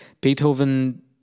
Beethoven